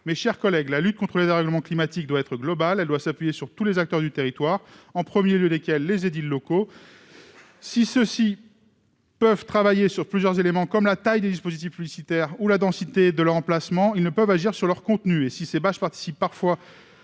menés par ailleurs. La lutte contre les dérèglements climatiques doit être globale et s'appuyer sur tous les acteurs du territoire, au premier rang desquels les édiles. Si ceux-ci peuvent travailler sur plusieurs éléments, comme la taille des dispositifs publicitaires ou la densité de l'emplacement, ils ne peuvent agir sur leur contenu ; si ces bâches participent parfois